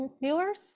viewers